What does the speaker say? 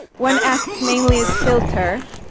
one acts mainly as filter,